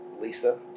Lisa